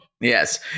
yes